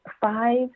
five